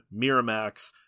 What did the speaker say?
Miramax